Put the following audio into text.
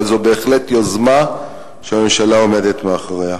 אבל זו בהחלט יוזמה שהממשלה עומדת מאחוריה.